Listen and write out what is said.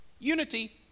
Unity